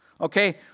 okay